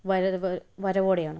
വരവ് വരവോടെയാണ്